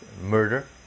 murder